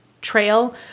trail